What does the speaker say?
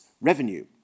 revenue